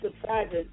surprised